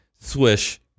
swish